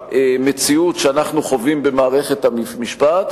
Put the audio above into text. במציאות שאנחנו חווים במערכת המשפט,